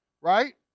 right